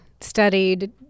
studied